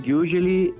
usually